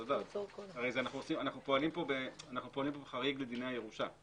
אנחנו פועלים כאן בחריג בדיני הירושה.